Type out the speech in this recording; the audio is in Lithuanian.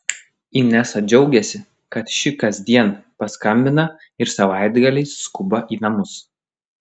inesa džiaugiasi kad ši kasdien paskambina ir savaitgaliais skuba į namus